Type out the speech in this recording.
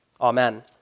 Amen